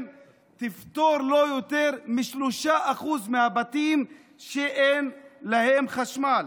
תפתור לא יותר מ-3% מהבתים שאין להם חשמל.